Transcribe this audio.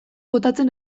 botatzen